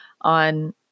on